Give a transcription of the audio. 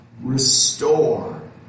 restore